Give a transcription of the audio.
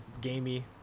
gamey